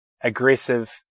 aggressive